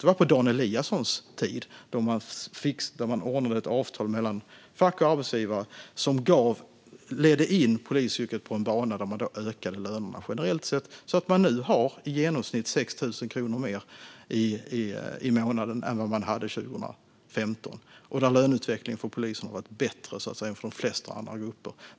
Det var på Dan Eliassons tid som man ordnade ett avtal mellan fack och arbetsgivare som ledde in polisyrket på en bana där lönerna ökade generellt sett, så att man nu har i genomsnitt 6 000 kronor mer i månaden än man hade 2015 och löneutvecklingen för polisen har varit bättre än för de flesta andra grupper.